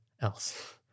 else